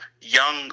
young